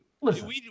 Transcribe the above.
listen